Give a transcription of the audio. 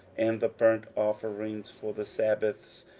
and the burnt offerings for the sabbaths,